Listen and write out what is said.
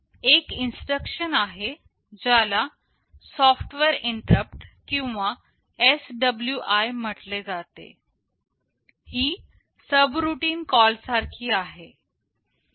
एक इन्स्ट्रक्शन आहे ज्याला सॉफ्टवेअर इंटरप्ट किंवा SWI म्हटले जाते ही सबरूटीन कॉल सारखी आहे